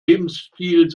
lebensstil